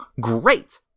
great